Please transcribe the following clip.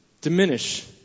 diminish